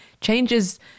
changes